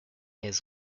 his